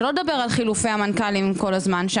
שלא לדבר על חילופי המנכ"לים כל הזמן.